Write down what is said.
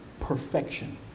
perfection